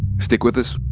stick with us.